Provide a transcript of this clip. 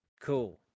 cool